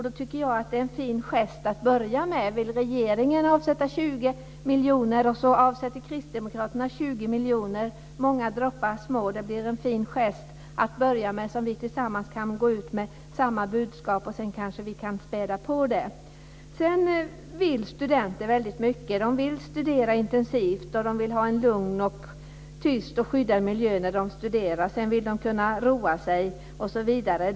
Då tycker jag att det är en fin gest om regeringen avsätter 20 miljoner kronor och om Kristdemokraterna avsätter 20 miljoner kronor - många bäckar små. Det blir en fin gest att börja med. Vi kan tillsammans gå ut med samma budskap, och sedan kanske vi kan späda på det. Studenter vill väldigt mycket. De vill studera intensivt, de vill ha en lugn, tyst och skyddad miljö när de studerar, och sedan vill de kunna roa sig, osv.